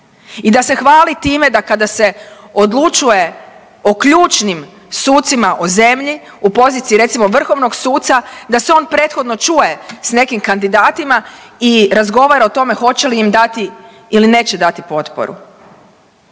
i da se hvali time da kada se odlučuje o ključnim sucima u zemlji, u poziciji recimo vrhovnog suca, da se on prethodno čuje s nekim kandidatima i razgovara o tome hoće li im da ti ili neće dati potporu.